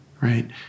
Right